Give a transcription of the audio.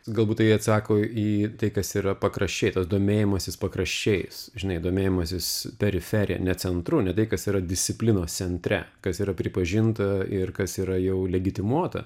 galbūt tai atsako į tai kas yra pakraščiai tas domėjimasis pakraščiais žinai domėjimasis periferija ne centru tai kas yra disciplinos centre kas yra pripažinta ir kas yra jau legitimuota